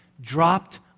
dropped